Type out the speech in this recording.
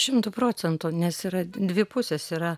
šimtu procentų nes yra dvi pusės yra